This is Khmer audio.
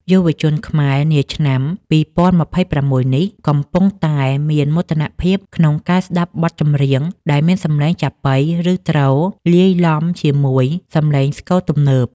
យុវជនខ្មែរនាឆ្នាំ ២០២៦ នេះ កំពុងតែមានមោទនភាពក្នុងការស្តាប់បទចម្រៀងដែលមានសំឡេងចាប៉ី ឬទ្រ លាយឡំជាមួយសំឡេងស្គរទំនើប។